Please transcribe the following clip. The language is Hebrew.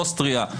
אוסטריה,